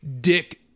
dick